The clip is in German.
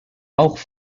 auch